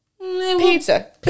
Pizza